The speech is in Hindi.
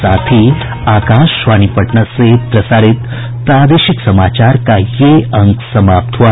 इसके साथ ही आकाशवाणी पटना से प्रसारित प्रादेशिक समाचार का ये अंक समाप्त हुआ